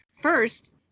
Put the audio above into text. First